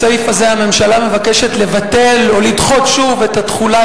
בסעיף הזה הממשלה מבקשת לבטל או לדחות שוב את התחולה,